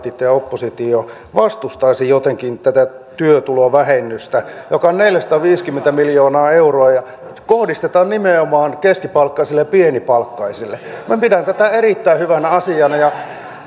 sosialidemokraatit ja oppositio vastustaisi jotenkin tätä työtulovähennystä joka on neljäsataaviisikymmentä miljoonaa euroa ja kohdistetaan nimenomaan keskipalkkaisille ja pienipalkkaisille minä pidän tätä erittäin hyvänä asiana